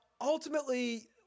ultimately